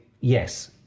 yes